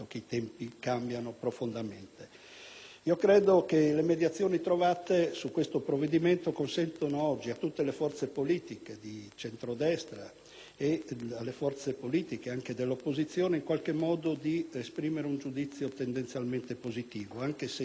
Credo che le mediazioni trovate sul provvedimento in esame consentano oggi a tutte le forze politiche di centrodestra e alle forze politiche anche dell'opposizione di esprimere un giudizio tendenzialmente positivo, anche se sarà un giudizio di astensione.